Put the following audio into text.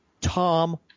Tom